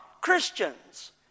Christians